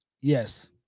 Yes